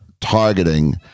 targeting